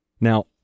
Now